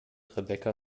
rebecca